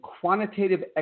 quantitative